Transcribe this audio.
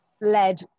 led